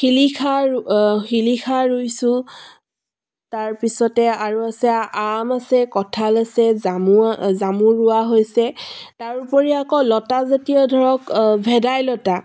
শিলিখা শিলিখা ৰুইছোঁ তাৰপিছতে আৰু আছে আম আছে কঁঠাল আছে জামু জামু ৰোৱা হৈছে তাৰ উপৰি আকৌ লতা জাতীয় ধৰক ভেদাইলতা